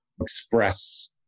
express